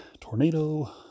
tornado